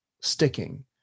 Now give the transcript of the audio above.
sticking